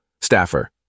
Staffer